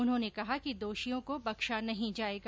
उन्होंने कहा कि दोषियों को बख्शा नहीं जाएगा